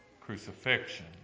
crucifixion